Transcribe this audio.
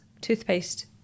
toothpaste